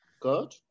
good